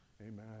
Amen